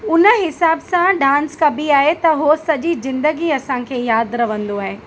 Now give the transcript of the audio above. हुन हिसाबु सां डान्स कबी आहे त हो सॼी ज़िंदगी असांखे यादि रहंदो आहे